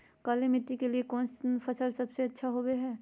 काली मिट्टी के लिए कौन फसल सब से अच्छा होबो हाय?